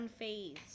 unfazed